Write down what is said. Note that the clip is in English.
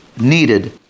needed